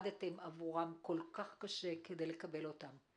יניב בכל זאת ולאחר מכן גידי.